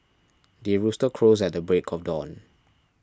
the rooster crows at the break of dawn